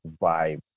vibe